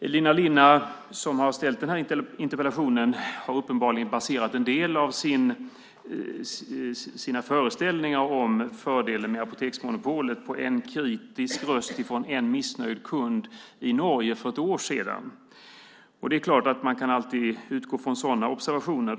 Elina Linna, som har ställt den här interpellationen, har uppenbarligen baserat en del av sina föreställningar om fördelen med apoteksmonopolet på en kritisk röst från en missnöjd kund i Norge för ett år sedan. Det är klart att man alltid kan utgå från sådana observationer.